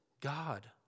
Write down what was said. God